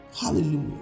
Hallelujah